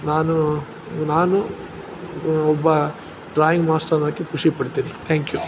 ನಾನು ನಾನು ಒಬ್ಬ ಡ್ರಾಯಿಂಗ್ ಮಾಷ್ಟ್ರ್ ಅನ್ನೋಕ್ಕೆ ಖುಷಿ ಪಡ್ತೀನಿ ಥ್ಯಾಂಕ್ ಯು